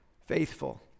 Faithful